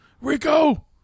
Rico